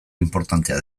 inportantea